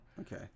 okay